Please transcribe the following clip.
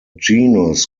genus